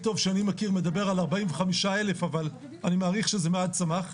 טוב שאני מכיר מדבר על 45,000 אבל אני מעריך שזה מאז צמח,